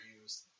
use